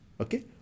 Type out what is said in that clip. okay